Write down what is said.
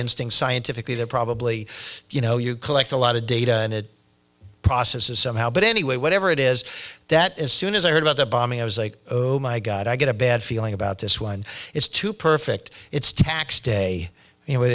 instinct scientifically they're probably you know you collect a lot of data and it processes somehow but anyway whatever it is that as soon as i heard about the bombing i was like oh my god i get a bad feeling about this one it's too perfect it's tax day you know wh